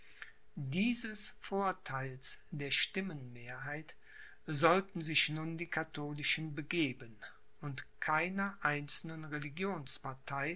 dieses vortheils der stimmenmehrheit sollten sich nun die katholischen begeben und keiner einzelnen